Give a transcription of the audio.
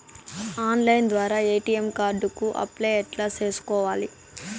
Online ద్వారా ATM card కు apply ఎట్లా సేసుకోవాలి?